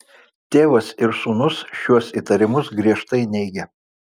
tėvas ir sūnus šiuo įtarimus griežtai neigia